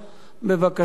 בבקשה.